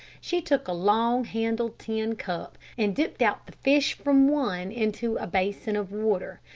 she took a long-handled tin cup, and dipped out the fish from one into a basin of water.